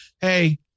Hey